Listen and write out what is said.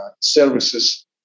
services